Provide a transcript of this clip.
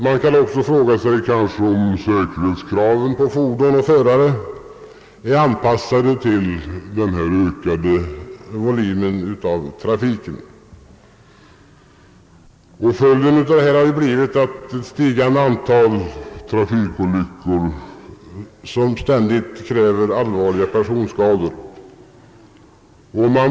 Man kan också fråga sig om säkerhetskraven på fordon och förare är anpassade till denna ökade trafikvolym. Följden har bli vit ett stigande antal trafikolyckor med allvarliga personskador.